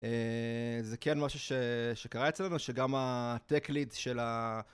זה כן משהו שקרה אצלנו, שגם הטק ליד של ה...